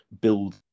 build